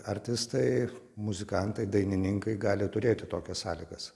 artistai muzikantai dainininkai gali turėti tokias sąlygas